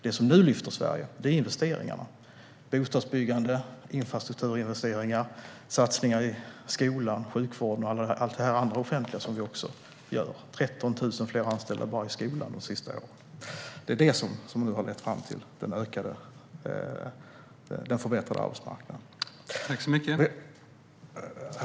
Det som nu lyfter Sverige är investeringarna i bostadsbyggande och infrastruktur samt satsningarna på skola, sjukvård och annat offentligt. Det har till exempel anställts 13 000 fler i skolan de senaste åren. Det är detta som har lett fram till den förbättrade arbetsmarknaden.